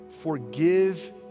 Forgive